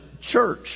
church